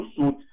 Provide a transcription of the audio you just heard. suit